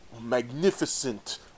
magnificent